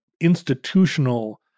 institutional